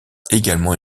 également